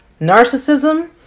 narcissism